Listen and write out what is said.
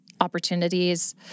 opportunities